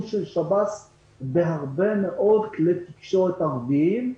של שב"ס בהרבה מאוד כלי תקשורת ערביים,